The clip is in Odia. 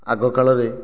ଆଗକାଳରେ